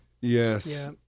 Yes